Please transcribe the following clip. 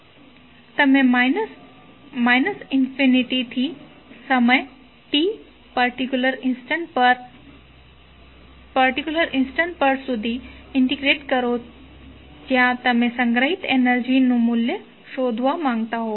તમે માઈનસ અનંત થી સમય t પર્ટિક્યુલર ઇન્સ્ટન્ટ પર સુધી ઇન્ટેગ્રેટ કરો જ્યાં તમે સંગ્રહિત એનર્જીનું મૂલ્ય શોધવા માંગતા હોય